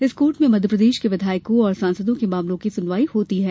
इस कोर्ट में मध्यप्रदेश के विधायकों और सांसदों के मामलों की सुनवाई होती है